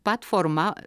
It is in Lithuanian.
pat forma